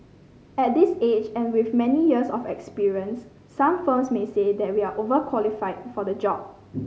at this age and with many years of experience some firms may say that we are overqualified for the job